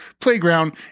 playground